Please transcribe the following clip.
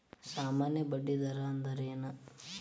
ಸಾಮಾನ್ಯ ಬಡ್ಡಿ ದರ ಅಂದ್ರೇನ?